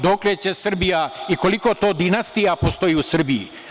Dokle će Srbija i koliko to dinastija postoji u Srbiji?